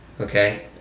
Okay